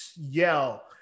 yell